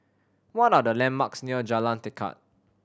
what are the landmarks near Jalan Tekad